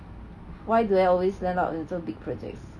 why do I always land up in 这 big projects